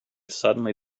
suddenly